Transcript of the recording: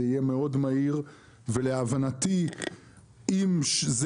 זה יהיה מאוד מהיר ולהבנתי אם זה